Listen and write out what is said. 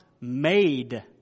made